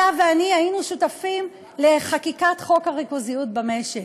אתה ואני היינו שותפים לחקיקת חוק הריכוזיות במשק.